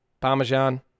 Parmesan